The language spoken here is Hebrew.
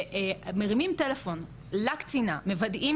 ומרימים טלפון לקצינה, מוודאים